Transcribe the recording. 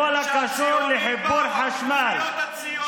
שאלה לוחמי חופש